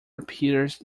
appears